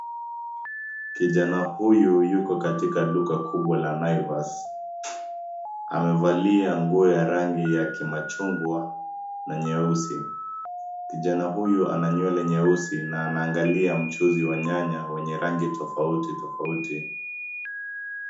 Kijana huyu yuko katika duka kubwa la Naivas. Amevalia nguo ya rangi ya kimajungwa na nyeusi. Kijana huyu ana nywele nyeusi na anaangalia mchuzi wa nyanya enye rangi tofauti tofauti.